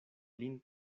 lin